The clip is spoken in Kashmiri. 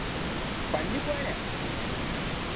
پنٛنہِ کورِ ہہ